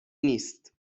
نیست